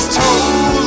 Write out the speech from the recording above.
told